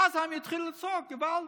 ואז הם יתחילו לצעוק געוואלד.